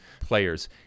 players